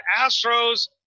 Astros